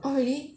orh really